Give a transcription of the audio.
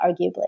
arguably